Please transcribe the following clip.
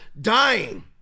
dying